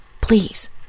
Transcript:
please